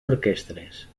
orquestres